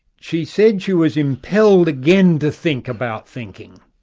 she said she was impelled again to think about thinking,